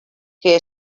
que